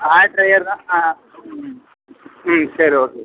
add tyre தான் ஆ ம் ம் சரி ஓகே